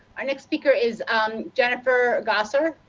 our next speaker is um jennifer gosar